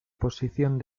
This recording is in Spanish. posición